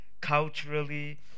culturally